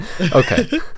Okay